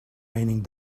raining